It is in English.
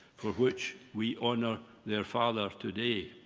for which we honour their father today.